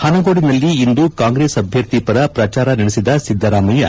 ಪನಗೋಡಿನಲ್ಲಿ ಇಂದು ಕಾಂಗ್ರೆಸ್ ಅಭ್ಯರ್ಥಿ ಪರ ಪ್ರಚಾರ ನಡೆಸಿದ ಸಿದ್ದರಾಮಯ್ಯ